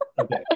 okay